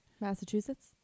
Massachusetts